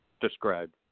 described